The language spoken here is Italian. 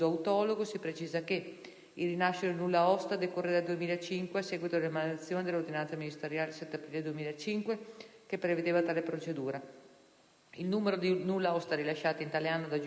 il rilascio dei nulla osta decorre dal 2005, a seguito dell'emanazione dell'ordinanza ministeriale 7 aprile 2005, che prevedeva tale procedura; il numero di nulla osta rilasciati in tale anno, da giugno a dicembre, è stato pari a 28;